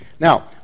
Now